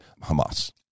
Hamas